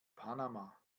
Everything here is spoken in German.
panama